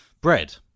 bread